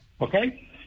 Okay